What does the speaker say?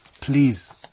please